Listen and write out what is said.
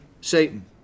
Satan